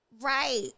Right